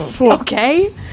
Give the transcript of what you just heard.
Okay